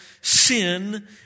sin